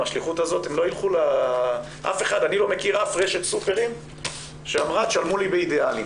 אני לא מכיר אף רשת סופרים שאמרה תשלמו לי באידיאלים.